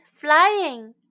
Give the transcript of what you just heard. flying